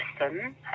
listen